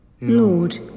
Lord